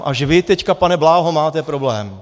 Až vy, teď, pane Bláho, máte problém.